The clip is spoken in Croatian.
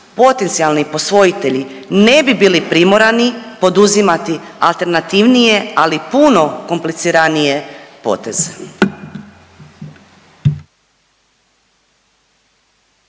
potencijali posvojitelji ne bi bili primorani poduzimati alternativnije, ali puno kompliciranije poteze.